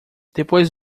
depois